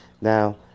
Now